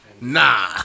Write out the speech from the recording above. Nah